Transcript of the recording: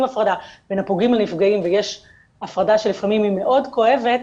הפרדה בין הפוגעים לנפגעים ושי הפרדה שלפעמים היא מאוד כואבת,